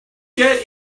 get